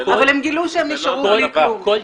אבל הם גילו שהם נשארו עם כלום.